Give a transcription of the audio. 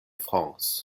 france